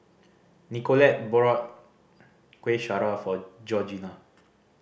Nicolette bought Kuih Syara for Georgina